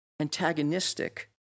antagonistic